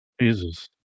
Jesus